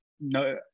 no